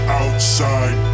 outside